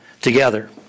together